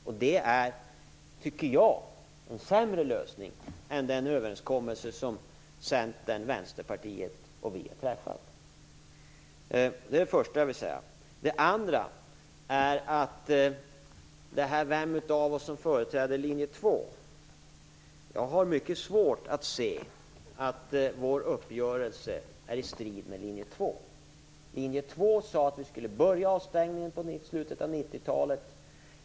Och det är, tycker jag, en sämre lösning än den överenskommelse som Centern, Vänsterpartiet och vi har träffat. Det andra jag vill säga gäller det här om vem av oss som företräder linje 2. Jag har mycket svårt att se att vår uppgörelse är i strid med linje 2. Linje 2 sade att vi skulle börja avstängningen i slutet av 90-talet.